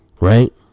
right